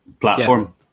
platform